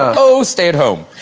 oh stay at home